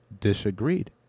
disagreed